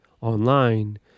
online